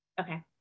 okay